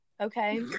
okay